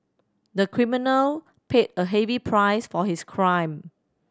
the criminal paid a heavy price for his crime